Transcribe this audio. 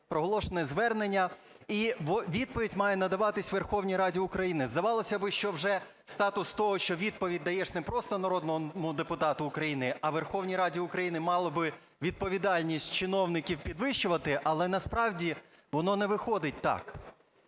проголошене звернення, і відповідь має надаватись Верховній Раді України. Здавалося би, що вже статус того, що відповідь даєш не просто народному депутату України, а Верховній Раді України, мало би відповідальність чиновників підвищувати, але насправді воно не виходить так.